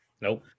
nope